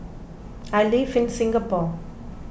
I live in Singapore